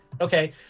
Okay